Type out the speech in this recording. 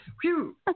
Phew